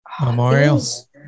Memorials